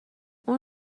اون